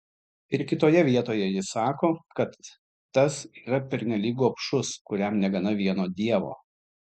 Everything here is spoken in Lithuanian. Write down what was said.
ir kitoje vietoje jis sako kad tas yra pernelyg gobšus kuriam negana vieno dievo